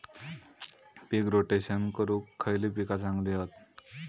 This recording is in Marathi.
पीक रोटेशन करूक खयली पीका चांगली हत?